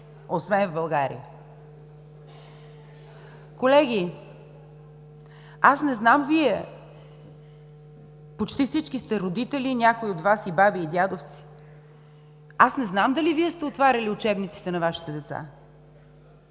освен в България. Колеги, не знам Вие, почти всички сте родители и някои от Вас и баби, и дядовци. Не знам дали Вие сте отваряли учебниците на Вашите деца?